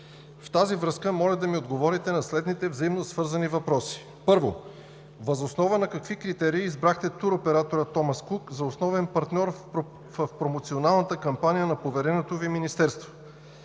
В тази връзка моля да ми отговорите на следните взаимосвързани въпроси: Първо, въз основа на какви критерии избрахте туроператора „Томас Кук“ за основен партньор в промоционалната кампания на повереното Ви Министерство?